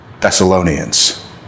Thessalonians